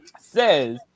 says